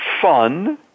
fun